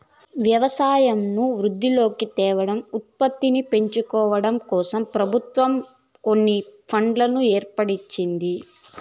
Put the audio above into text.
వ్యవసాయంను వృద్ధిలోకి తేవడం, ఉత్పత్తిని పెంచడంకోసం ప్రభుత్వం కొన్ని ఫండ్లను ఏర్పరిచింది